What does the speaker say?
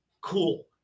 cool